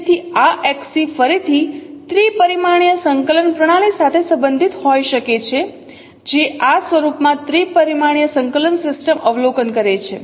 તેથી આ Xc ફરીથી ત્રિપરિમાણીય સંકલન પ્રણાલી સાથે સંબંધિત હોઈ શકે છે જે આ સ્વરૂપમાં ત્રિપરિમાણીયસંકલન સિસ્ટમ અવલોકન કરે છે